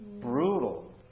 brutal